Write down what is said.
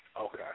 Okay